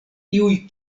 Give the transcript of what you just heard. iuj